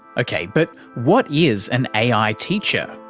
okay but what is an ai teacher?